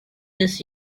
this